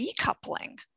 decoupling